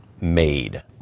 made